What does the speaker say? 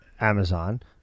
amazon